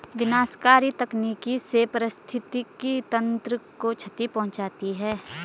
विनाशकारी तकनीक से पारिस्थितिकी तंत्र को क्षति पहुँचती है